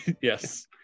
Yes